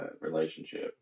relationship